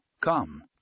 Come